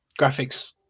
graphics